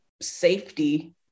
safety